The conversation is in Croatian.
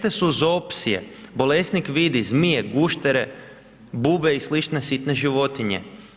Česte su zoopsije, bolesnik vidi zmije, guštere, bube i slične sitne životinje.